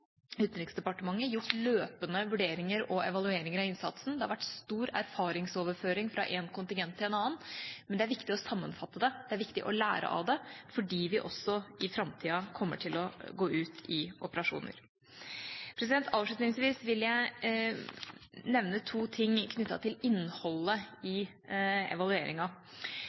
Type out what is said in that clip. Utenriksdepartementet gjort løpende vurderinger og evalueringer av innsatsen. Det har vært stor erfaringsoverføring fra en kontingent til en annen. Men det er viktig å sammenfatte det, det er viktig å lære av det, fordi vi også i framtida kommer til å gå ut i operasjoner. Avslutningsvis vil jeg nevne to ting knyttet til innholdet i evalueringa.